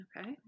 okay